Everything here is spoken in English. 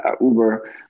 Uber